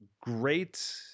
Great